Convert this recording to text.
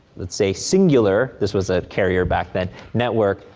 let's say, cingular, this was a carrier back then, network,